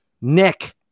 Nick